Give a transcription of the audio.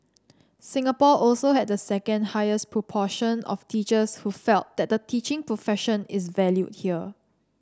Singapore also had the second highest proportion of teachers who felt that the teaching profession is valued here